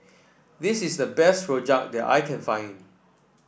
this is the best rojak that I can find